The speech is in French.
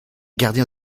gardien